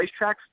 racetracks